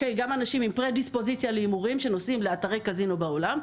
אנשים עם פרה-דיספוזיציה להימורים שנוסעים לאתרי קזינו בעולם,